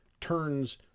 turns